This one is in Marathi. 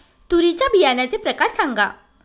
तूरीच्या बियाण्याचे प्रकार सांगा